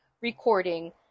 recording